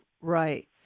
Right